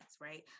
right